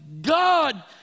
God